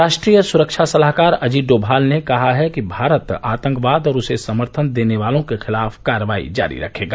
राष्ट्रीय सुरक्षा सलाहकार अजीत डोमाल ने कहा है कि भारत आतंकवाद और उसे समर्थन देने वालों के खिलाफ कार्रवाई जारी रखेगा